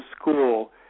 school